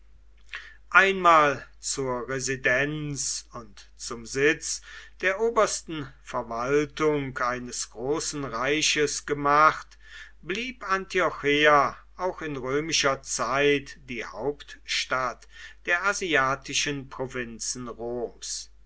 einmal zur residenz und zum sitz der obersten verwaltung eines großen reiches gemacht blieb antiocheia auch in römischer zeit die hauptstadt der asiatischen provinzen roms